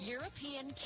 European